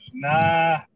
Nah